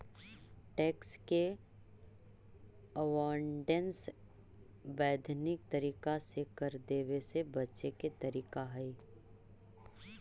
tax avoidance वैधानिक तरीका से कर देवे से बचे के तरीका हई